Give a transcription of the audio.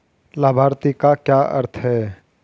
लाभार्थी का क्या अर्थ है?